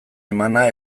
emana